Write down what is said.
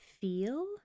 feel